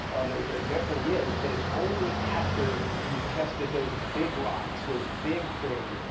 there there definitely is. but it's only after you've tested those big rocks, those big things,